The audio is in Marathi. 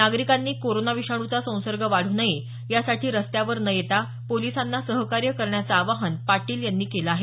नागरिकांनी कोरोना विषाणूचा संसर्ग वाढू नये यासाठी रस्त्यावर न येता पोलिसांना सहकार्य करण्याचं आवाहन पाटील यांनी केलं आहे